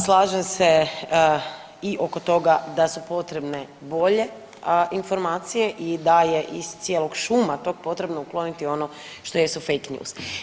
Slažem se i oko toga da su potrebne bolje informacije i da je iz cijelog šuma tog potrebno ukloniti ono što jesu fake news.